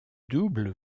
double